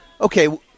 Okay